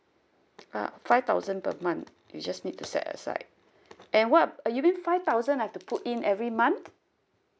ah five thousand per month you just need to set aside and what you mean five thousand I have to put in every month